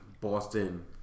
Boston